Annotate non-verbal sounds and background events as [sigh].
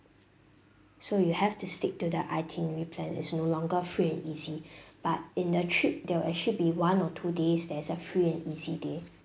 so you have to stick to the itinerary plan it's no longer free and easy [breath] but in the trip there will actually be one or two days that's a free and easy day